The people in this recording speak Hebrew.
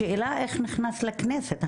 השאלה איך נכנס לכנסת?